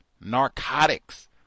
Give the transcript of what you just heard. narcotics